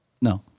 no